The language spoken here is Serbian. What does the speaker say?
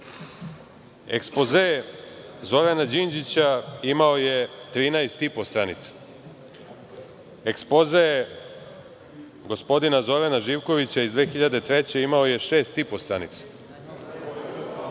Ekspoze Zorana Đinđića imao je 13,5 stranica, ekspoze gospodina Zorana Živkovića iz 2003. godine imao je